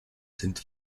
sind